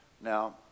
Now